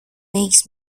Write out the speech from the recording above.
makes